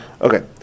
Okay